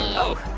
oh,